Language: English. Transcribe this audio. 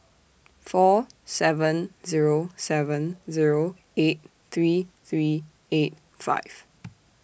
four seven Zero seven Zero eight three three eight five